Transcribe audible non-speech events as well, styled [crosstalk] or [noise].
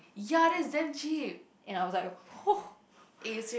[noise] and I was like [noise]